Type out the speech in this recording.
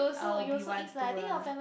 I'll be want to ah